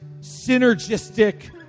synergistic